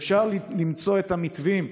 אפשר למצוא את המתווים,